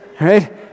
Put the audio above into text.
Right